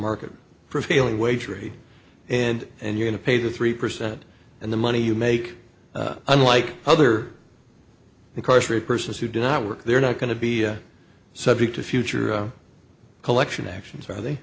market prevailing wage rate and and you can pay the three percent and the money you make unlike other incarcerate persons who do not work they're not going to be subject to future collection actions are they